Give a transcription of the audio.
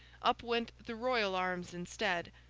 up went the royal arms instead,